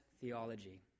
theology